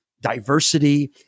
diversity